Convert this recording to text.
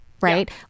right